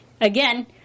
again